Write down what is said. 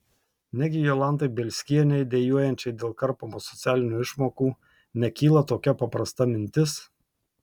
negi jolantai bielskienei dejuojančiai dėl karpomų socialinių išmokų nekyla tokia paprasta mintis